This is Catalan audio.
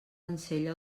ensella